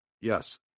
Yes